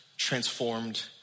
transformed